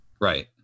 Right